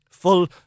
full